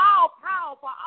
all-powerful